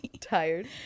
Tired